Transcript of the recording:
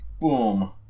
Boom